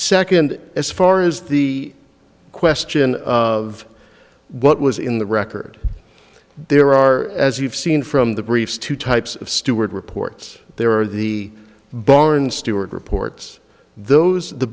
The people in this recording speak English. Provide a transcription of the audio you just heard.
second as far as the question of what was in the record there are as you've seen from the briefs two types of steward reports there are the barn steward reports those the